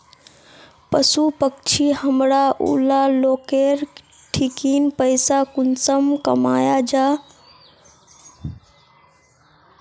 पशु पक्षी हमरा ऊला लोकेर ठिकिन पैसा कुंसम कमाया जा?